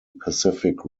pacific